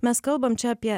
mes kalbam čia apie